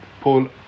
Paul